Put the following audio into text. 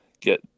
get